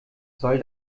soll